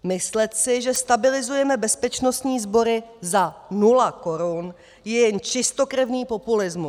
Myslet si, že stabilizujeme bezpečnostní sbory za nula korun, je jen čistokrevný populismus.